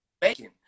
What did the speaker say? bacon